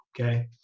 okay